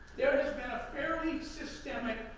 there has been a fairly systemic,